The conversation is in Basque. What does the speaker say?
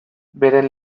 beren